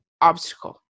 obstacle